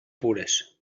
pures